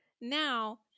now